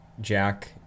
jack